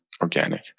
organic